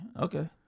Okay